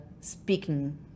speaking